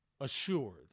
assured